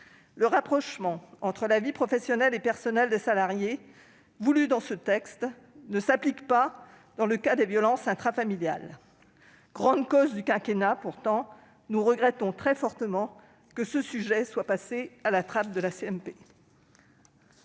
Le rapprochement entre la vie professionnelle et la vie personnelle des salariés, voulu dans ce texte, ne s'applique pas dans le cas des violences intrafamiliales, pourtant grande cause du quinquennat. Nous regrettons très fortement que ce sujet soit passé à la trappe de la